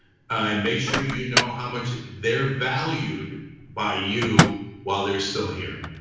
and make sure you know how much they're valued by you while they're still here.